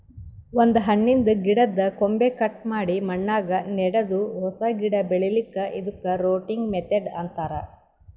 ಒಂದ್ ಹಣ್ಣಿನ್ದ್ ಗಿಡದ್ದ್ ಕೊಂಬೆ ಕಟ್ ಮಾಡಿ ಮಣ್ಣಾಗ ನೆಡದು ಹೊಸ ಗಿಡ ಬೆಳಿಲಿಕ್ಕ್ ಇದಕ್ಕ್ ರೂಟಿಂಗ್ ಮೆಥಡ್ ಅಂತಾರ್